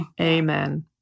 Amen